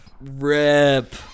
Rip